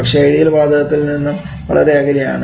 പക്ഷേ ഐഡിയൽ വാതകത്തിൻറെതിൽ നിന്നും വളരെ അകലെയാണ്